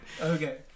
Okay